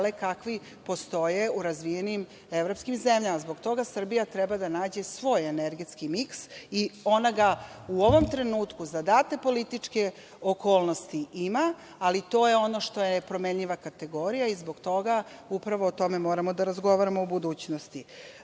kakvi postoje u razvijenim evropskim zemljama. Zbog toga Srbija treba da nađe svoj energetski miks i ona ga u ovom trenutku za date političke okolnosti ima, ali to je ono što je nepromenljiva kategorija i zbog toga upravo o tome moramo da razgovaramo u budućnosti. Heterogena